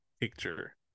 picture